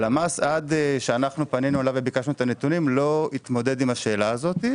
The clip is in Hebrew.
עד שאנחנו פנינו ללמ"ס וביקשנו את הנתונים לא התמודד עם השאלה הזו.